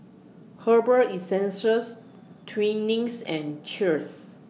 Herbal Essences Twinings and Cheers